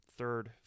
third